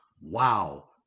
Wow